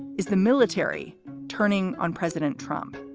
is the military turning on president trump?